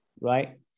right